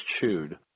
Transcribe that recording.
chewed